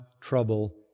trouble